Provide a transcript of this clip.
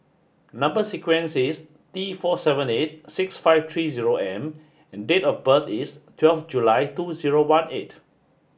number sequence is T four seven eight six five three zero M and date of birth is twelve July two zero one eight